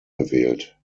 gewählt